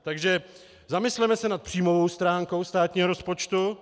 Takže se zamysleme nad příjmovou stránkou státního rozpočtu.